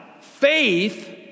faith